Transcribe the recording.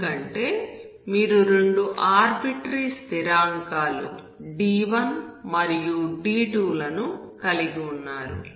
ఎందుకంటే మీరు రెండు ఆర్బిట్రేరి స్థిరాంకాలు d1 మరియు d2 లను కలిగి ఉన్నారు